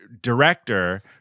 director